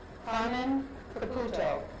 carmen caputo.